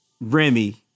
Remy